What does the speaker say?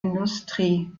industrie